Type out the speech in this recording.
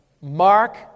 Mark